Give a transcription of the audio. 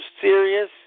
serious